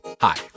Hi